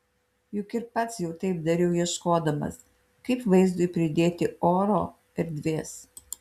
juk ir pats jau taip dariau ieškodamas kaip vaizdui pridėti oro erdvės